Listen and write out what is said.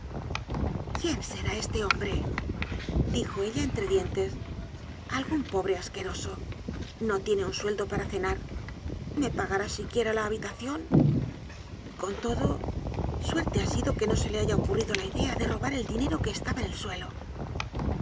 quién será este hombre dijo ella entre dientes algun pobre asqueroso no tiene un sueldo para cenar me pagará siquiera la habitacion con todo suerte ha sido que no se le haya ocurrido la idea de robar el dinero que estaba en el suelo